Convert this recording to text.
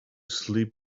sleep